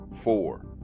four